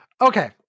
Okay